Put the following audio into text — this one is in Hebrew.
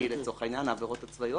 אני אומר